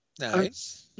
Nice